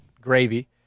gravy